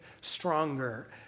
stronger